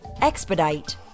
Expedite